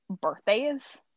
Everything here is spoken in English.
birthdays